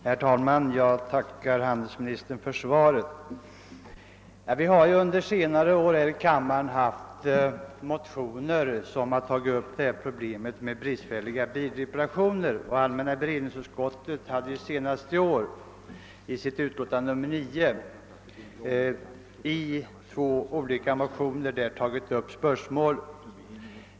Herr talman! Jag tackar handelsministern för svaret. Vi har ju under senare år här i kammaren haft att behandla motioner, där man tagit upp problemet med bristfälliga bilreparationer. Allmänna beredningsutskottet hade senast i år i sitt utlåtande nr 9 med anledning av två motioner tagit upp detta spörsmål.